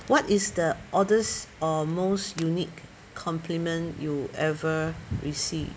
what is the orders or most unique compliment you ever receive